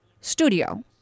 studio